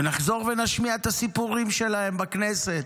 ונחזור ונשמיע את הסיפורים שלהם בכנסת,